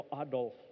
Adolf